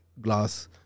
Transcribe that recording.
glass